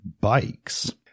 bikes